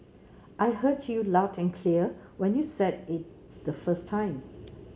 I heard you loud and clear when you said it the first time